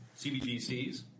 CBDCs